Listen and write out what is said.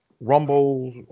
rumbles